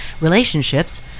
relationships